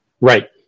Right